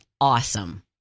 awesome